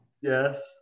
Yes